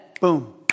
boom